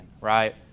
right